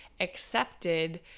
accepted